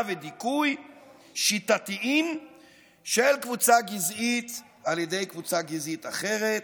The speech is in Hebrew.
ודיכוי שיטתיים של קבוצה גזעית על ידי קבוצה גזעית אחרת